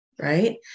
right